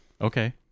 Okay